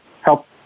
help